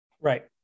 Right